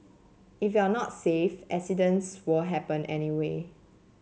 if you're not safe accidents will happen anyway